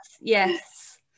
yes